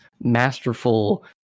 masterful